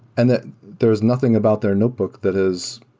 and that there is nothing about their notebook that has